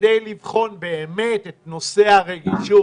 כדי לבחון באמת את נושא הרגישות.